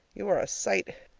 you are a sight!